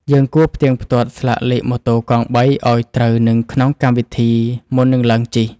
យើងគួរផ្ទៀងផ្ទាត់ស្លាកលេខម៉ូតូកង់បីឱ្យត្រូវនឹងក្នុងកម្មវិធីមុននឹងឡើងជិះ។